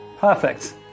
Perfect